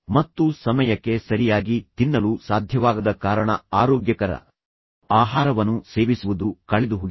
ಮತ್ತು ನೀವು ಸಮಯಕ್ಕೆ ಸರಿಯಾಗಿ ತಿನ್ನಲು ಸಾಧ್ಯವಾಗದ ಕಾರಣ ಆರೋಗ್ಯಕರ ಆಹಾರವನ್ನು ಸೇವಿಸುವುದು ಕಳೆದುಹೋಗಿದೆ